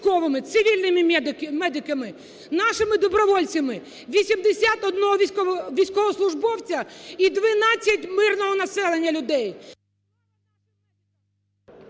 цивільними медиками, нашими добровольцями – 81 військовослужбовця і 12 мирного населення людей…